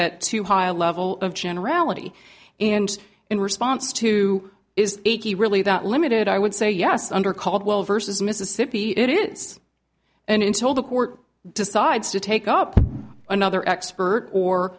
at too high a level of generality and in response to is really that limited i would say yes under caldwell versus mississippi it is and in told the court decides to take up another expert or